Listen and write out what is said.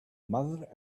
mother